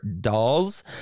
dolls